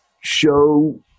show